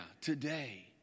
today